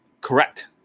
correct